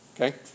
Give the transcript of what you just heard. Okay